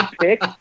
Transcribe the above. pick